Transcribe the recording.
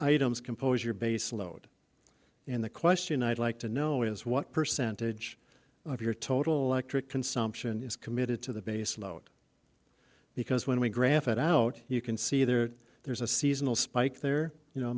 items compose your baseload and the question i'd like to know is what percentage of your total actrix consumption is committed to the base load because when we graph it out you can see there there's a seasonal spike there you know